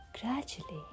Gradually